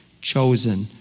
chosen